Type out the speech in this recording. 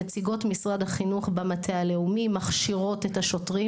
נציגות משרד החינוך במטה הלאומי כשירות את השוטרים,